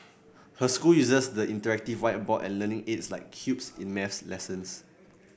her school uses the interactive whiteboard and learning aids like cubes in maths lessons